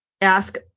ask